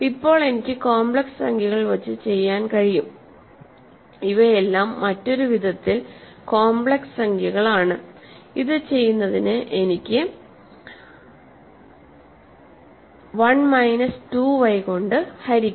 ഇപ്പോൾ എനിക്ക് കോംപ്ലക്സ് സംഖ്യകൾ വച്ച് ചെയ്യാൻ കഴിയും ഇവയെല്ലാം മറ്റൊരു വിധത്തിൽ കോംപ്ലക്സ് സംഖ്യകളാണ് ഇത് ചെയ്യുന്നതിന് എനിക്ക് 1 മൈനസ് 2 y കൊണ്ട് ഹരിക്കാം